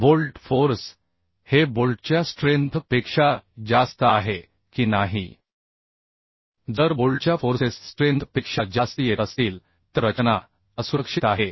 bolt force हे बोल्टच्या strength पेक्षा जास्त आहे की नाही जर बोल्टच्या फोर्सेस स्ट्रेंथ पेक्षा जास्त येत असतील तर रचना असुरक्षित आहे